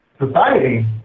society